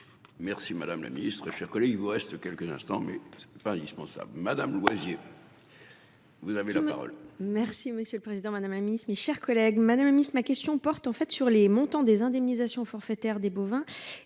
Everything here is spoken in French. Merci madame la ministre, chers collègues. Il vous reste quelques instants mais pas indispensable madame Loyer. Vous avez la parole. Merci monsieur le président, madame Amice, mes chers collègues Madame Miss ma question porte en fait sur les montants des indemnisations forfaitaires des bovins